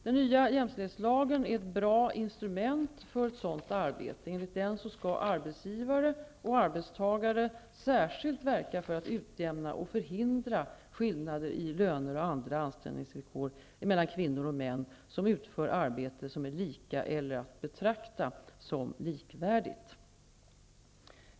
Den nya jämställdhetslagen är ett bra instrument för ett sådant arbete. Enligt den skall arbetsgivare och arbetstagare särskilt verka för att utjämna och förhindra skillnader i löner och andra anställningsvillkor mellan kvinnor och män som utför arbete som är lika eller att betrakta som likvärdigt.